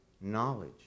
knowledge